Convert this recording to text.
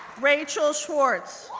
rachael schwartz,